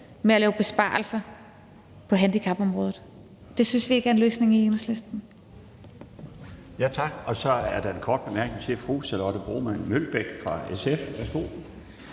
med at lave besparelser på handicapområdet. Det synes vi i Enhedslisten